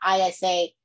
ISA